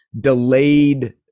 delayed